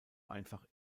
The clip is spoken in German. einfach